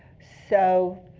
so